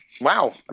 Wow